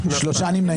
הצבעה לא אושרה נפל.